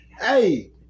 Hey